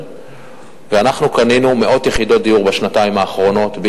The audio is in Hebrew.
אנחנו קנינו מאות יחידות דיור בשנתיים האחרונות,